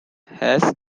has